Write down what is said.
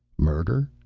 murder?